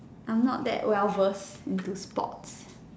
I'm not that well versed into sports